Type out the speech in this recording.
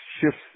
shifts